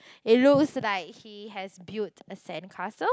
it looks like he has built a sand castle